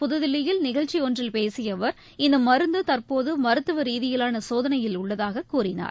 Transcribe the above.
புகுதில்லியில் நிகழ்ச்சிஒன்றில் பேசியஅவர் இன்று இந்தமருந்துதற்போதுமருத்துவரீதியிலானசோதனையில் உள்ளதாககூறினார்